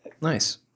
Nice